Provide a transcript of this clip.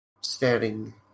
staring